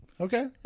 Okay